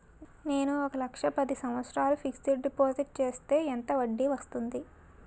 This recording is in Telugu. నేను ఒక లక్ష పది సంవత్సారాలు ఫిక్సడ్ డిపాజిట్ చేస్తే ఎంత వడ్డీ వస్తుంది?